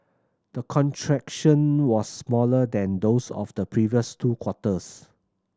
the contraction was smaller than those of the previous two quarters